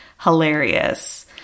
hilarious